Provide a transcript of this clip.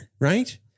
Right